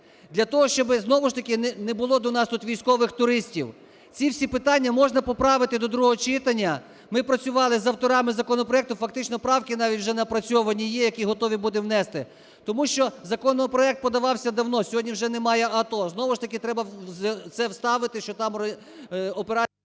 для того щоб знову ж таки не було тут до нас військових туристів. Ці всі питання можна поправити до другого читання. Ми працювали з авторами законопроекту, фактично правки навіть вже напрацьовані є, які готові будемо внести, тому що законопроект подавався давно, сьогодні вже немає АТО. Знову ж таки треба це вставити, що там… ГОЛОВУЮЧИЙ.